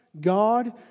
God